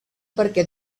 perquè